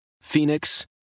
Phoenix